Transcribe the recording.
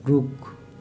रुख